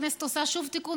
הכנסת עושה שוב תיקון,